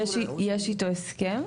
יש איתו הסכם.